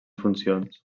funcions